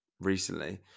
Recently